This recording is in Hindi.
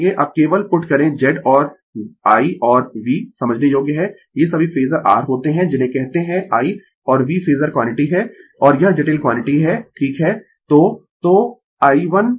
अब केवल पुट करें Z और I और V समझने योग्य है ये सभी फेजर r होते है जिन्हें कहते है I और V फेजर क्वांटिटी है और यह जटिल क्वांटिटी है ठीक है